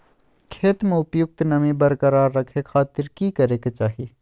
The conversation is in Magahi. खेत में उपयुक्त नमी बरकरार रखे खातिर की करे के चाही?